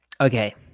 Okay